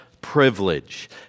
privilege